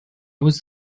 was